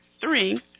three